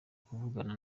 kuvugana